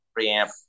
preamp